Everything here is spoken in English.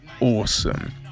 awesome